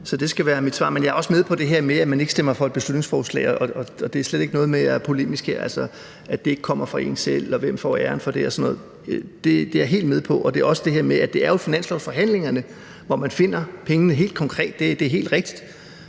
Så det skal være mit svar. Men jeg er også med på, at man ikke stemmer for et beslutningsforslag. Og det har slet ikke noget at gøre med, at jeg er polemisk her, altså at et forslag ikke kommer fra en selv, og hvem der får æren for det og sådan noget. Det er jeg helt med på. Det er også det her med, at det er i finanslovsforhandlingerne, man finder pengene helt konkret – det er helt rigtigt.